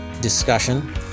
discussion